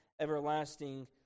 everlasting